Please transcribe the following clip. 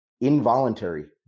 involuntary